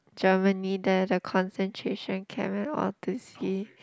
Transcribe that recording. Germany there the concentration camp and all to see